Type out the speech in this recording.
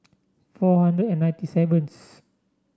four hundred and ninety seventh